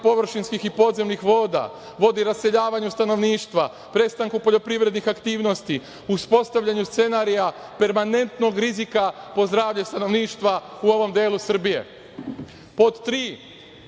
površinskih i podzemnih voda, vodi raseljavanju stanovništva, prestanku poljoprivrednih aktivnosti, uspostavljanju scenarija permanentnog rizika po zdravlje stanovništva u ovom delu Srbije. Pod